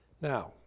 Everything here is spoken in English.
now